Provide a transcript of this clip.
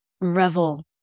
revel